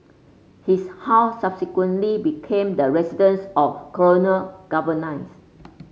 his house subsequently became the residence of colonial